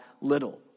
little